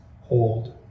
Hold